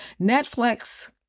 Netflix